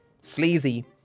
sleazy